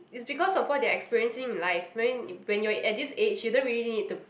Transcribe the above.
it's because of what they are experiencing in life when when you are at this age you don't really need to